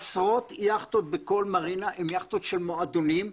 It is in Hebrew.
עשרות יכטות בכל מרינה הן יכטות של מועדונים,